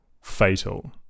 fatal